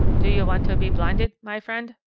do you want to be blinded, my friend?